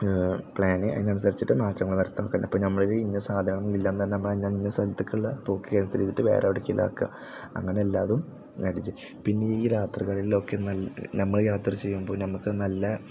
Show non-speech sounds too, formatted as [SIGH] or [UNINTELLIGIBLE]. plan അതിനനുസരിച്ചിട്ട് മാറ്റങ്ങൾ വരുത്തുക ഇപ്പം നമ്മളൊരു ഇന്ന സാധനങ്ങൾ ഇല്ലെന്നറിഞ്ഞാൽ നമ്മൾ ഇന്ന സ്ഥലത്തേക്കുള്ള പോക്ക് ക്യാൻസൽ ചെയ്തിട്ട് വേറെ എവിടേക്കെങ്കിലും ആക്കുകാ അങ്ങനെ എല്ലാവരും [UNINTELLIGIBLE] പിന്നെ ഈ രാത്രികളിലൊക്കെ നമ്മൾ യാത്ര ചെയ്യുമ്പോൾ നമുക്ക് നല്ല